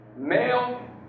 Male